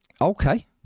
okay